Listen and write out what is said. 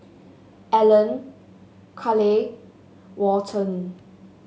Alan Carleigh Walton